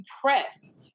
press